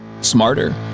smarter